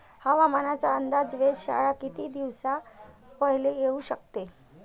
हवामानाचा अंदाज वेधशाळा किती दिवसा पयले देऊ शकते?